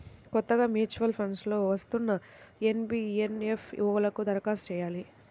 కొత్తగా mutual funds లో వస్తున్న ఎన్.ఎఫ్.ఓ లకు దరఖాస్తు చెయ్యాలి